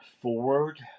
forward